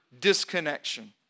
disconnection